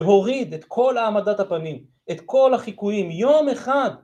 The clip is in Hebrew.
הוריד את כל העמדת הפנים, את כל החיקויים, יום אחד